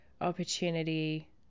opportunity